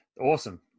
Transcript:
Awesome